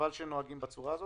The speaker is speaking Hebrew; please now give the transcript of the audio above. וחבל שנוהגים כך.